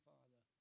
Father